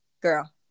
girl